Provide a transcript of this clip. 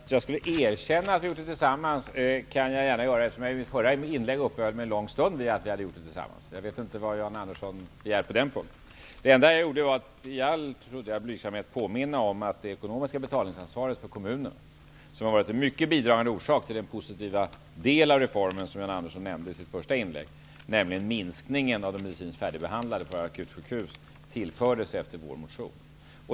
Herr talman! Jag kan gärna erkänna att vi utformade det tillsammans, eftersom jag i mitt förra inlägg uppehöll mig en lång stund vid just detta. Jag vet inte vad Jan Andersson begär på den punkten. Det enda jag gjorde var att i all blygsamhet påminna om att det ekonomiska betalningsansvaret för kommunerna, vilket har varit en mycket bidragande orsak till den positiva del av reformen som Jan Andersson nämnde i sitt första inlägg, nämligen minskningen av antalet medicinskt färdigbehandlade på våra akutsjukhus, tillfördes efter vår motion.